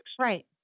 Right